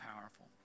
powerful